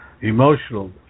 emotional